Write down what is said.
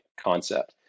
concept